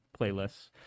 playlists